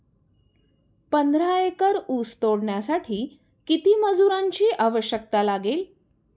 पंधरा एकर ऊस तोडण्यासाठी किती मजुरांची आवश्यकता लागेल?